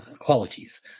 qualities